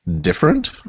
different